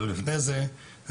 לפני זה,